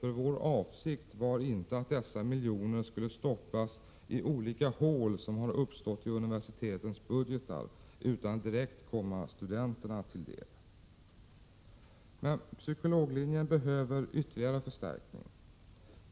Vår avsikt var ju inte att dessa miljoner skulle stoppas i olika hål som uppstått i universitetens budgetar utan direkt komma studenterna till del. Psykologlinjen behöver emellertid ytterligare förstärkning.